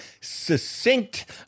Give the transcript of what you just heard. succinct